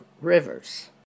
rivers